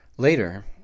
Later